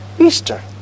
Easter